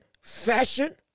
fashion